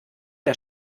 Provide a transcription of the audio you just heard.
der